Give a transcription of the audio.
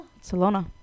Salona